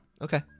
Okay